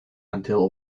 until